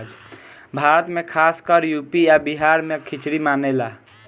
भारत मे खासकर यू.पी आ बिहार मे खिचरी मानेला